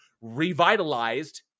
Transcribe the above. revitalized